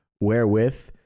wherewith